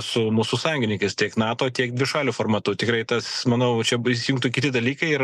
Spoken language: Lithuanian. su mūsų sąjungininkais tiek nato tiek dvišaliu formatu tikrai tas manau čia įsijungtų kiti dalykai ir